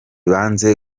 banze